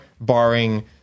barring